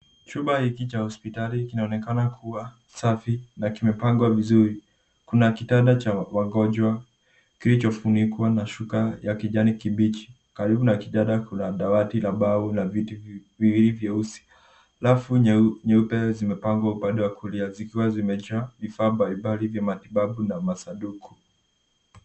Chumba hiki cha hospitali kinaonekana kuwa safi na kimepangwa vizuri. Kuna kitanda cha wagonjwa kilicho funikwa na shuka ya kijani kibichi. Karibu na kitanda, kuna dawati la mbao na viti viwili vyeusi. Rafu nyeupe zimepangwa upande wa kulia, zikiwa zimejaa vifaa mbalimbali vya matibabu na masanduku.